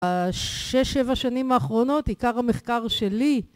השש-שבע שנים האחרונות עיקר המחקר שלי